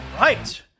right